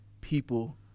people